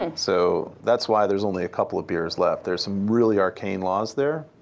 and so that's why there's only a couple of beers left. there's some really arcane laws there,